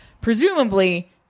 presumably